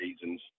seasons